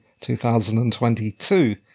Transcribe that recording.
2022